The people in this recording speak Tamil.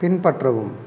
பின்பற்றவும்